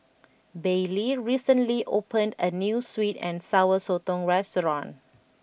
Baylee recently opened a new Sweet and Sour Sotong restaurant